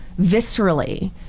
viscerally